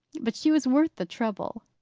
but she was worth the trouble.